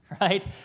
right